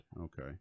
okay